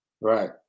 Right